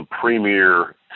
premier